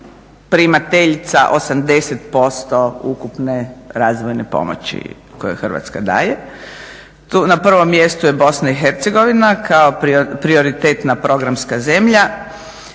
primateljica 80% ukupne razvojne pomoći koju Hrvatska daje. Na prvom mjestu je BiH kao prioritetna programska zemlja